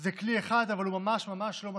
זה כלי אחד, אבל הוא ממש ממש לא מספיק,